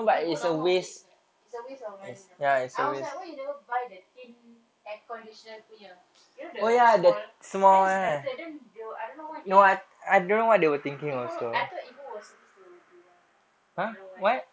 if you put normal water it's like it's a waste of money lah I was like why you never buy the thin air conditioner punya you know the small that's better then they were I don't know why they I don't know I thought ibu was supposed to do lah but I don't know why lor